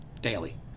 daily